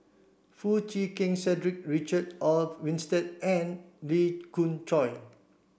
Foo Chee Keng Cedric Richard Olaf Winstedt and Lee Khoon Choy